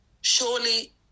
surely